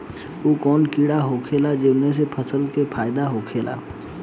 उ कौन कीड़ा होखेला जेसे फसल के फ़ायदा होखे ला?